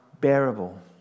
bearable